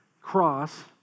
cross